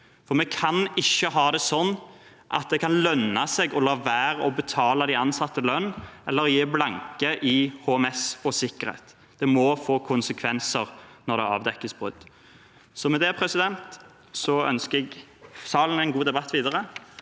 gi. Vi kan ikke ha det sånn at det kan lønne seg å la være å betale de ansatte lønn eller gi blanke i HMS. Det må få konsekvenser når det avdekkes brudd. Med det ønsker jeg salen en god debatt videre